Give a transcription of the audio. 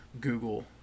Google